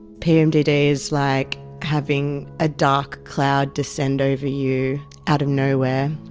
pmdd is like having a dark cloud descend over you out of nowhere,